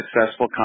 successful